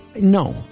no